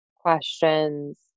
questions